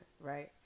Right